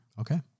Okay